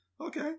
Okay